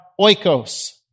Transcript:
oikos